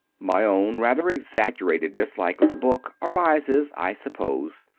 my own rather exaggerated dislike of the book, arises, i suppose,